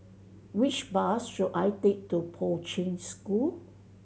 which bus should I take to Poi Ching School